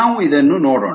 ನಾವು ಇದನ್ನು ನೋಡೋಣ